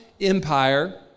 Empire